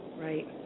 Right